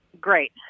great